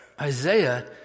Isaiah